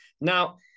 now